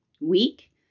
week